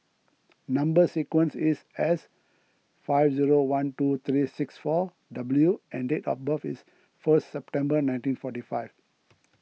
Number Sequence is S five zero one two three six four W and date of birth is first September nineteen forty five